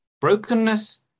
Brokenness